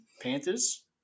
Panthers